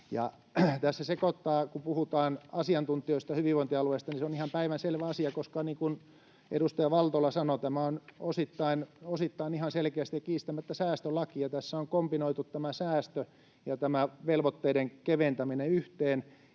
kun puhutaan asiantuntijoista ja hyvinvointialueista. Niin kuin edustaja Valtola sanoi, tämä on osittain ihan selkeästi ja kiistämättä säästölaki, ja tässä on kombinoitu säästö ja velvoitteiden keventäminen yhteen,